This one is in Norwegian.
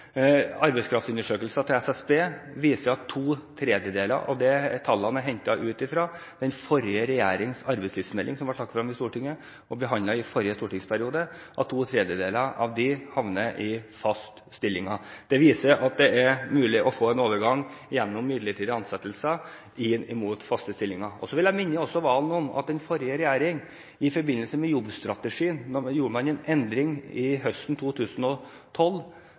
til SSB viser at to tredjedeler av det som tallene er hentet fra – den forrige regjeringens arbeidslivsmelding, som ble lagt fram i Stortinget og behandlet i forrige stortingsperiode – at to tredjedeler av disse havnet i faste stillinger. Det viser at det er mulig å få en overgang gjennom midlertidige ansettelser inn mot faste stillinger. Så vil jeg også minne Serigstad Valen om at i forbindelse med jobbstrategien gjorde den forrige regjeringen en endring høsten 2012,